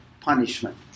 punishment